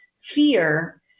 fear